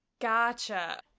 gotcha